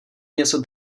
něco